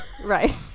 right